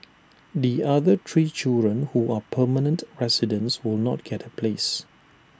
the other three children who are permanent residents will not get A place